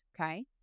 Okay